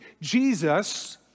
Jesus